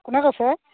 কোনে কৈছে